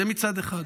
זה מצד אחד.